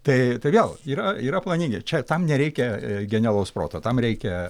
tai tai vėl yra yra planinė čia tam nereikia genialaus proto tam reikia